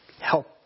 help